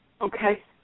Okay